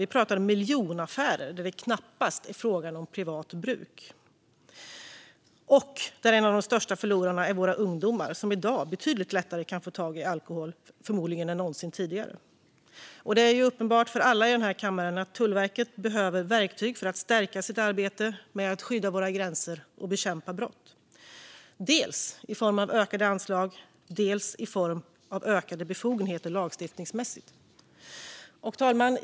Vi pratar om miljonaffärer, och det är knappast en fråga om privat bruk. Några av de största förlorarna är våra ungdomar, som i dag betydligt lättare än någonsin tidigare kan få ta tag i alkohol. Det är uppenbart för alla här i kammaren att Tullverket behöver verktyg för att stärka sitt arbete med att skydda våra gränser och bekämpa brott, dels i form av ökade anslag, dels i form av ökade befogenheter lagstiftningsmässigt. Fru talman!